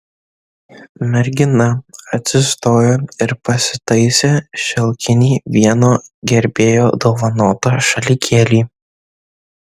mergina atsistojo ir pasitaisė šilkinį vieno gerbėjo dovanotą šalikėlį